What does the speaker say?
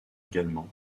également